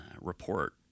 report